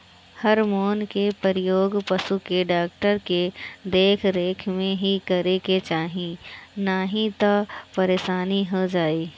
hormone के प्रयोग पशु के डॉक्टर के देख रेख में ही करे के चाही नाही तअ परेशानी हो जाई